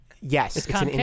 Yes